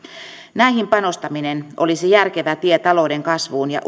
näihin panostaminen olisi järkevä tie talouden kasvuun ja